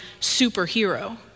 superhero